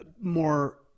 more